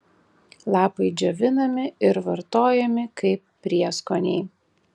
lapai džiovinami ir vartojami kaip prieskoniai